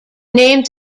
names